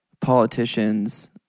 politicians